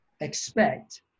expect